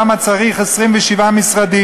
למה צריך 27 משרדים.